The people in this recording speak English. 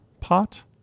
pot